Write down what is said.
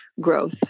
growth